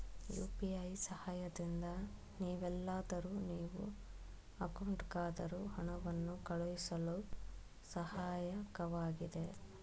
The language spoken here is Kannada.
ಯು.ಪಿ.ಐ ಸಹಾಯದಿಂದ ನೀವೆಲ್ಲಾದರೂ ನೀವು ಅಕೌಂಟ್ಗಾದರೂ ಹಣವನ್ನು ಕಳುಹಿಸಳು ಸಹಾಯಕವಾಗಿದೆ